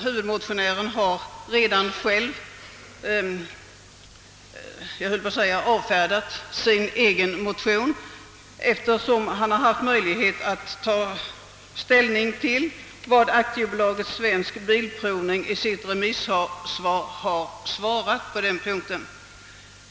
Huvudmotionären har redan själv avfärdat sin egen motion, eftersom han har haft att ta ställning till vad AB Svensk bilprovning i sitt remissvar anfört på den punkten.